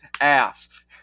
ass